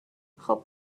خوب